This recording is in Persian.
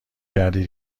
کردی